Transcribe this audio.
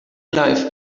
life